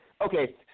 Okay